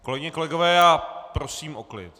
Kolegyně, kolegové, prosím o klid.